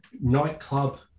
nightclub